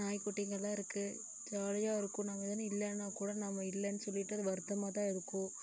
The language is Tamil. நாய் குட்டிகள்லாம் இருக்குது ஜாலியாக இருக்கும் நாங்களாம் இல்லைனா கூட நம்ம இல்லனு சொல்லிட்டு அது வருத்தமா தான் இருக்கும்